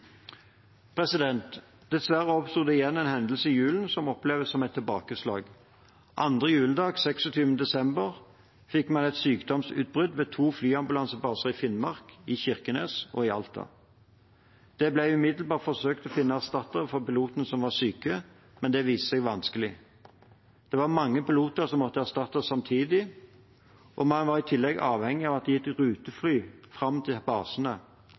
Dessverre oppsto det igjen en hendelse i julen som opplevdes som et tilbakeslag. Andre juledag, 26. desember, fikk man et sykdomsutbrudd ved to flyambulansebaser i Finnmark – i Kirkenes og i Alta. Det ble umiddelbart forsøkt å finne erstattere for pilotene som var syke, men det viste seg vanskelig. Det var mange piloter som måtte erstattes samtidig, og man var i tillegg avhengig av at det gikk rutefly fram til basene.